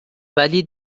ولی